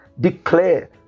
Declare